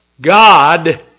God